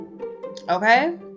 Okay